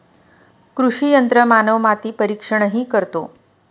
कृषी यंत्रमानव माती परीक्षणही करतो